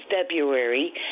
February